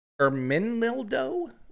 Erminildo